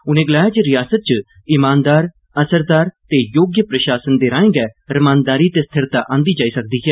उनें गलाया जे ॅरिआसत च ईमानदार असरदार ते योग्य प्रशासन दे राए गै रमानदारी ते स्थिरता आंदी जाई सकदी ऐ